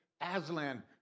Aslan